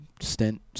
stint